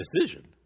decision